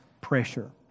pressure